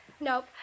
Nope